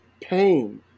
pain